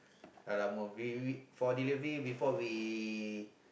we we for delivery before we